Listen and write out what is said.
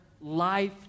life